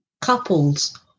couples